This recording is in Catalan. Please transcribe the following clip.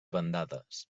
bandades